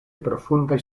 profundaj